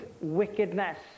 wickedness